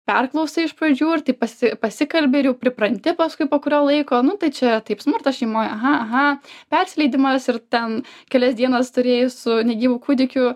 perklausai iš pradžių ir taip pasi pasikalbi ir jau pripranti paskui po kurio laiko nu tai čia taip smurtas šeimoj aha aha persileidimas ir ten kelias dienas turėjai su negyvu kūdikiu